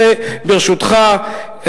ברשותך,